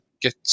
get